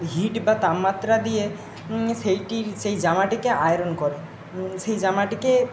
hit বা তাপমাত্রা দিয়ে সেইটির সেই জামাটিকে আয়রন করে সেই জামাটিকে